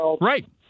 right